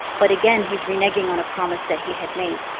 but again, he's reneging on a promise that he had made,